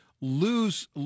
lose